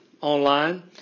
online